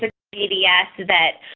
ah cbs that